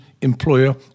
employer